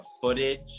footage